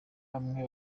bamwe